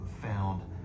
found